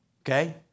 Okay